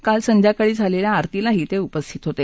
काल संध्याकाळी झालेल्या आरतीला ते उपस्थित होते